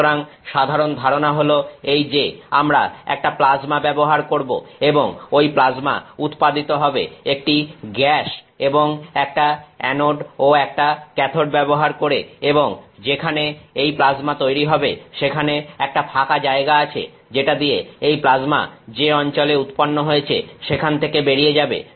সুতরাং সাধারণ ধারণা হলো এই যে আমরা একটা প্লাজমা ব্যবহার করব এবং ঐ প্লাজমা উৎপাদিত হবে একটি গ্যাস এবং একটা অ্যানোড ও একটা ক্যাথোড ব্যবহার করে এবং যেখানে এই প্লাজমা তৈরি হবে সেখানে একটা ফাঁকা জায়গা আছে যেটা দিয়ে এই প্লাজমা যে অঞ্চলে উৎপন্ন হয়েছে সেখান থেকে বেরিয়ে যাবে